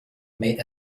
made